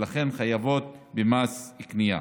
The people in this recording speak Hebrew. ולכן חייבות במס קנייה.